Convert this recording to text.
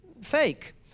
fake